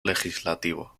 legislativo